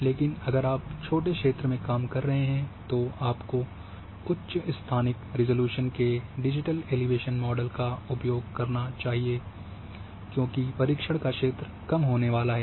लेकिन अगर आप छोटे क्षेत्र में काम कर रहे हैं तो आपको उच्च स्थानिक रिज़ॉल्यूशन के डिजिटल एलिवेशन मॉडल का उपयोग करना चाहिए क्योंकि परीक्षण का क्षेत्र कम होने है